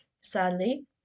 sadly